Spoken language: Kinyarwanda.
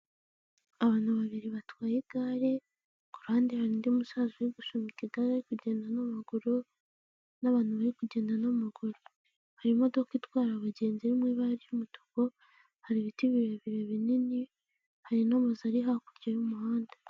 Abantu babiri batwaye igare, ku ruhande hari undi musaza uri gusunika igare, ari kugenda n'amaguru n'abantu bari kugenda n'amaguru, hari imodoka itwara abagenzi iri mu ibara ry'umutuku, hari ibiti birebire binini, hari n'amazu ari hakurya y'umuhanda.